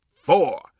four